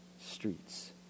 streets